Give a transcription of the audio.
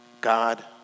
God